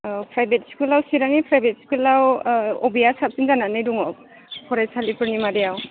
औ प्राइभेट स्कुलाव चिरांनि प्राइभेट स्कुलाव बबेया साबसिन जानानै दङ फरायसालिफोरनि मादायाव